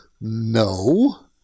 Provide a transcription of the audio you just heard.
no